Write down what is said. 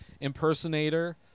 impersonator